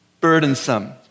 burdensome